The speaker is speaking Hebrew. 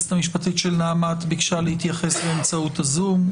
היועצת המשפטית של נעמ"ת ביקשה להתייחס באמצעות הזום,